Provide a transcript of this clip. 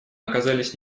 оказались